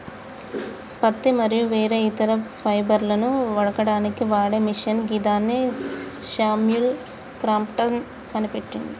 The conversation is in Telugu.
పత్తి మరియు వేరే ఇతర ఫైబర్లను వడకడానికి వాడే మిషిన్ గిదాన్ని శామ్యుల్ క్రాంప్టన్ కనిపెట్టిండు